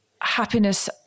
happiness